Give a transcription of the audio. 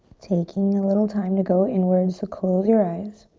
taking a little time to go inwards, so close your eyes.